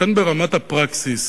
לכן, ברמת הפרקסיס,